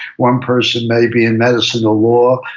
one person may be in medicine or law.